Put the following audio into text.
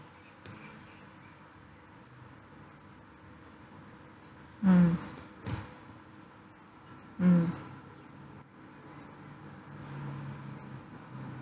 mm mm